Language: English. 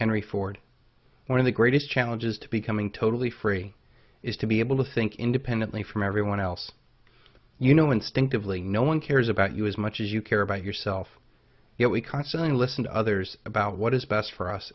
henry ford one of the greatest challenges to becoming totally free is to be able to think independently from everyone else you know instinctively no one cares about you as much as you care about yourself yet we constantly listen to others about what is best for us